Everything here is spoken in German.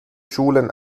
schulen